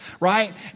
right